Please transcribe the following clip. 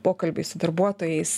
pokalbiai su darbuotojais